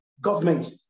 government